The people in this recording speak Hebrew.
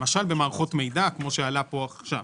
למשל במערכות מידע, כמו שעלה כאן עכשיו,